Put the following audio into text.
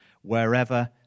wherever